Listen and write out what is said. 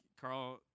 Carl